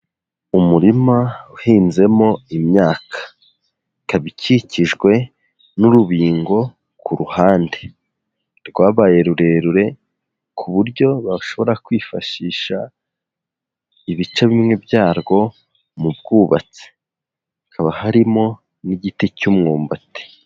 Umurima uhinzemo imyaka ikaba ikikijwe n'urubingo ku ruhande rwabaye rurerure ku buryo bashobora kwifashisha ibice bimwe byarwo mu bwubatsi, hakaba harimo n'igiti cy'umwumbati.